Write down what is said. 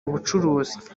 ubucuruzi